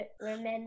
remember